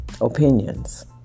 Opinions